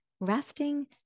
Resting